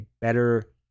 better